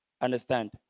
Understand